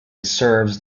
serves